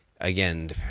again